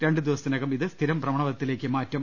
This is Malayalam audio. രണ്ട് ദിവസത്തിനകം ഇത് സ്ഥിരം ഭ്രഹ്മ ണപഥത്തിലേക്ക് മാറ്റും